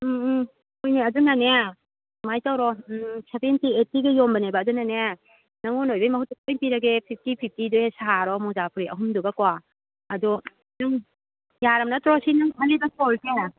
ꯎꯝ ꯎꯝ ꯍꯣꯏꯅꯦ ꯑꯗꯨꯅꯅꯦ ꯁꯨꯃꯥꯏꯅ ꯇꯧꯔꯣ ꯁꯦꯚꯦꯟꯇꯤ ꯑꯩꯠꯇꯤꯒ ꯌꯣꯟꯕꯅꯦꯕ ꯑꯗꯨꯅꯅꯦ ꯅꯉꯣꯟꯗ ꯑꯣꯏꯕꯩ ꯃꯍꯨꯠꯇ ꯂꯣꯏ ꯄꯤꯔꯒꯦ ꯐꯤꯐꯇꯤ ꯐꯤꯐꯇꯤꯁꯦ ꯁꯥꯔꯣ ꯃꯣꯖꯥ ꯐꯨꯔꯤꯠ ꯑꯍꯨꯝꯗꯨꯒꯀꯣ ꯑꯗꯣ ꯑꯗꯨꯝ ꯌꯥꯔꯕ ꯅꯠꯇ꯭ꯔꯣ ꯁꯤ ꯅꯪ ꯐꯅꯦꯛꯀ ꯇꯧꯔꯤꯁꯦ